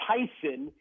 Tyson